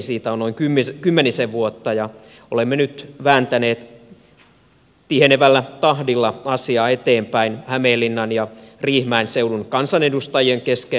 siitä on kymmenisen vuotta ja olemme nyt vääntäneet tihenevällä tahdilla asiaa eteenpäin hämeenlinnan ja riihimäen seudun kansanedustajien kesken